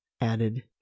added